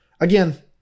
Again